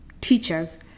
teachers